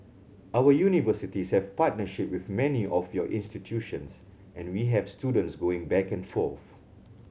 our universities have partnership with many of your institutions and we have students going back and forth